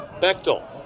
Bechtel